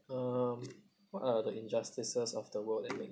um what are the injustices of the world that make